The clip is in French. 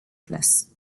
place